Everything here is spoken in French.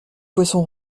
poisson